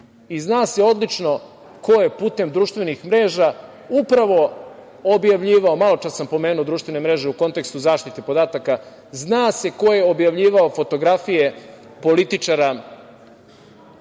Zna se odlično ko je putem društvenih mreža upravo objavljivao, maločas sam pomenuo društvene mreže u kontekstu zaštite podataka, zna se ko je objavljivao fotografije političara